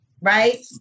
Right